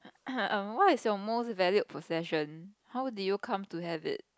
what is your most valued possession how did you come to have it